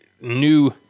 new